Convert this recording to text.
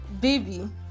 baby